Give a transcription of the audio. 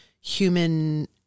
human